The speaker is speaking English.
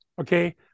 Okay